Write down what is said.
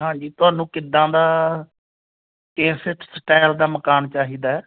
ਹਾਂਜੀ ਤੁਹਾਨੂੰ ਕਿੱਦਾਂ ਦਾ ਕਿਸ ਸਟਾਇਲ ਦਾ ਮਕਾਨ ਚਾਹੀਦਾ